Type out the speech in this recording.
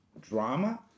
drama